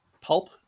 pulp